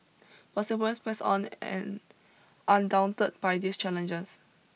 but Singaporeans pressed on and undaunted by these challenges